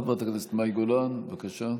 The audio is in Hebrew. חברת הכנסת מאי גולן, בבקשה.